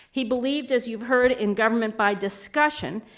he believed, as you've heard in government by discussion,